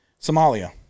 Somalia